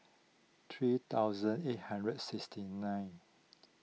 three thousand eight hundred sixty nine